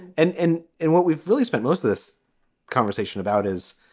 and and and what we've really spent most this conversation about is.